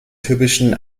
typischen